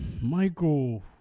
Michael